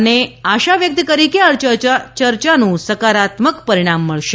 અને આશા વ્યકત કરી છે કે આ ચર્ચાનું સકારાત્મક પરિણામ મળશે